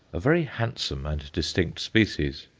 a very handsome and distinct species.